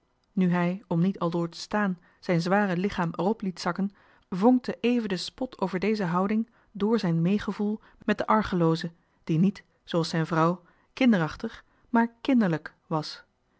nu hij om niet aldoor te staan zijn zware lichaam er op liet zakken vonkte even de spot over deze houding door zijn meegevoel met den argelooze niet kinderachtig zooals zijn vrouw maar kinderlijk die